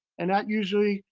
and that usually,